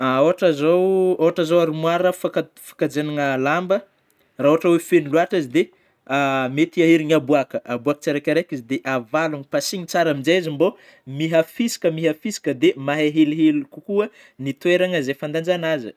ohatry zao ,ôhatra zao arimoara faka-fikajiagnana lamba, raha ôhatry oe feno lôatra izy ,dia mety aherina abôaka. Abôaka tsiraikaraika izy dia avalono, pasina tsara amin'zey izy mbo miha fisaka miha fisaka de mahay hely kokoa ny toerana fandanjagna azy.